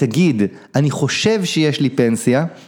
תגיד, אני חושב שיש לי פנסיה.